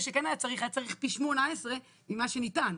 זה שכן היה צריך היה צריך פי 18 ממה שניתן.